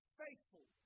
faithful